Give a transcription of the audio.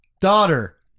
daughter